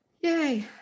Yay